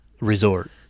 Resort